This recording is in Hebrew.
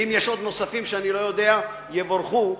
ואם יש עוד נוספים שאני לא יודע, יבורכו,